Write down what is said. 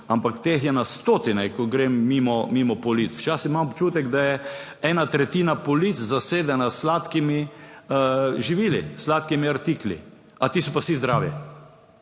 ampak teh je na stotine, ko grem mimo polic. Včasih imam občutek, da je ena tretjina polic zasedena s sladkimi živili, sladkimi artikli. A ti so pa vsi zdravi?